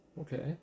Okay